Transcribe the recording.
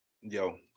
Yo